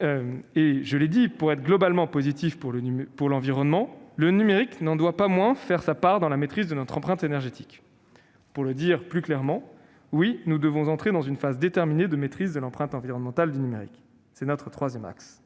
je l'ai dit, pour être globalement positif pour l'environnement, le numérique n'en doit pas moins prendre sa part dans la maîtrise de notre empreinte énergétique. Pour le dire plus clairement : oui, nous devons entrer dans une phase déterminée de maîtrise de l'empreinte environnementale du numérique- c'est notre troisième axe.